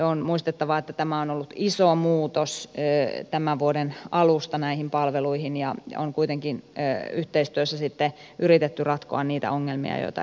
on muistettava että tämä on ollut iso muutos tämän vuoden alusta näissä palveluissa ja on kuitenkin yhteistyössä sitten yritetty ratkoa niitä ongelmia joita eteen on tullut